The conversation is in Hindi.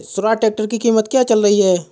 स्वराज ट्रैक्टर की कीमत क्या चल रही है?